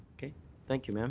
thank you, ma'am.